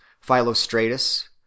Philostratus